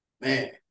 man